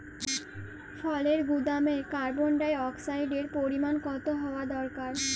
ফলের গুদামে কার্বন ডাই অক্সাইডের পরিমাণ কত হওয়া দরকার?